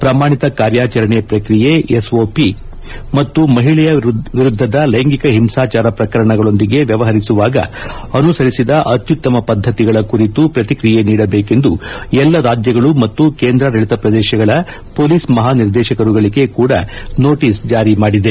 ಪ್ರಮಾಣಿತ ಕಾರ್ಯಾಚರಣೆ ಪ್ರಕ್ರಿಯೆ ಎಸ್ ಓ ಪಿ ಮತ್ತು ಮಹಿಳೆಯ ವಿರುದ್ಲದ ಲೈಂಗಿಕ ಹಿಂಸಾಚಾರ ಪ್ರಕರಣಗಳೊಂದಿಗೆ ವ್ಲವಹರಿಸುವಾಗ ಅನುಸರಿಸಿದ ಅತ್ತುತ್ತಮ ಪದ್ಧತಿಗಳ ಕುರಿತು ಪ್ರಕ್ರಿಯೆ ನೀಡಬೇಕೆಂದು ಎಲ್ಲಾ ರಾಜ್ಯಗಳ ಮತ್ತು ಕೇಂದ್ರಾಡಳಿತ ಪ್ರದೇಶಗಳ ಪೊಲೀಸ್ ಮಹಾನಿರ್ದೇಶಕರುಗಳಿಗೆ ಕೂಡಾ ನೊಟೀಸ್ ಜಾರಿ ಮಾಡಿದೆ